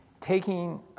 taking